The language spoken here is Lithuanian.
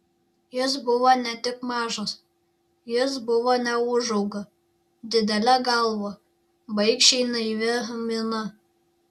jis buvo ne tik mažas jis buvo neūžauga didele galva baikščiai naivia mina